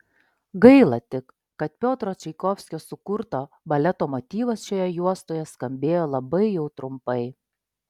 gaila tik kad piotro čaikovskio sukurto baleto motyvas šioje juostoje skambėjo labai jau trumpai